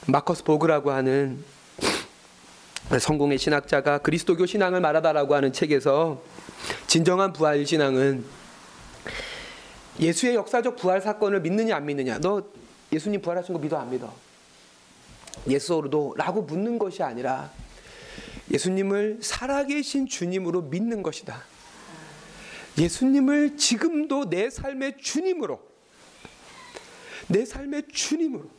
마커스 보그라고 하는 성공의 신학자가 그리스도교 신앙을 말하다라고 하는 책에서 진정한 부활 신앙은 예수의 역사적 부활 사건을 믿느냐 안 믿느냐. 너 예수님 부활하신 거 믿어 안 믿어? 예수로도 라고 묻는 것이 아니라 예수님을 살아계신 주님으로 믿는 것이다. 예수님을 지금도 내 삶의 주님으로, 내 삶의 주님으로